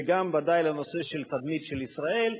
וגם ודאי לנושא של התדמית של ישראל.